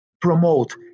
promote